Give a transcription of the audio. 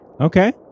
Okay